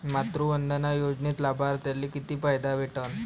मातृवंदना योजनेत लाभार्थ्याले किती फायदा भेटन?